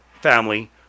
family